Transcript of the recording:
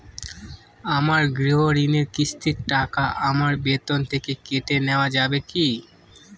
আমার গৃহঋণের কিস্তির টাকা আমার বেতন থেকে কেটে নেওয়া যাবে কি?